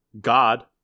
God